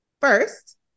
first